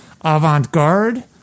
avant-garde